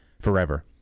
forever